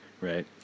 right